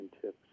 tips